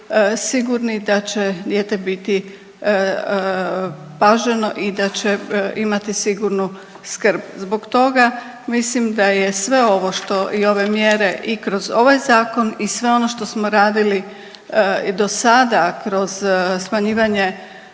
da će dijete biti paženo i da će imati sigurnu skrb. Zbog toga mislim da je sve ovo što i ove mjere i kroz ovaj zakon i sve ono što smo radili do sada kroz smanjivanje